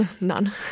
None